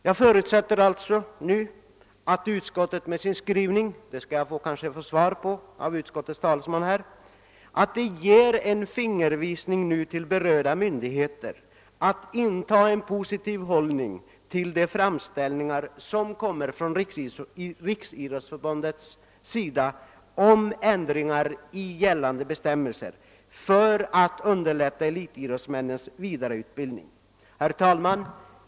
Jag förutsätter alltså nu att utskottet med sin skrivning — det skall jag kanske få besked om av avdelningens talesman — ger en fingervisning till berörda myndigheter om att inta en positiv hållning till de framställningar som kommer från Riksidrottsförbundet om ändringar i gällande bestämmelser för att underlätta elitidrottsmännens vidareutbildning. Herr talman!